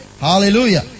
Hallelujah